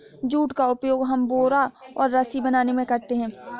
jute का उपयोग हम बोरा और रस्सी बनाने में करते हैं